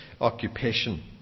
occupation